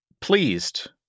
pleased